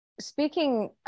speaking